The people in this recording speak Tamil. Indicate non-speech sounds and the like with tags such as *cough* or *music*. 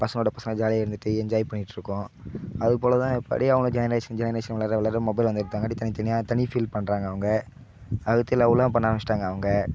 பசங்களோடய பசங்களாக ஜாலியாக இருந்துட்டு என்ஜாய் பண்ணிட்டு இருக்கோம் அதுபோல் தான் இப்படி அவங்க ஜெனரேஷன் ஜெனரேஷன் வளர வளர மொபைல் வந்து எடுத்தாங்காட்டி தனி தனியாக தனி ஃபீல் பண்ணுறாங்க அவங்க *unintelligible* லவ்லாம் பண்ண ஆரம்பிச்சிட்டாங்க அவங்க